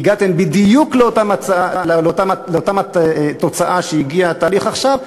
הגעתם בדיוק לאותה תוצאה שהגיע התהליך עכשיו,